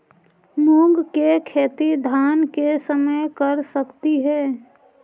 मुंग के खेती धान के समय कर सकती हे?